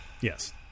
Yes